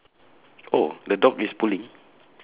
oh the dog is pulling